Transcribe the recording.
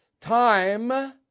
Time